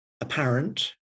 apparent